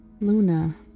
Luna